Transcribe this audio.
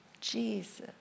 Jesus